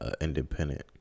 independent